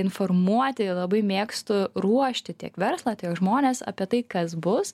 informuoti labai mėgstu ruošti tiek verslą tiek žmones apie tai kas bus